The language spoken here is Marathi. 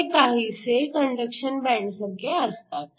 ते काहीसे कंडक्शन बँडसारखे आहे